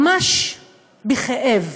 ממש בכאב.